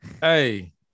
hey